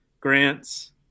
grants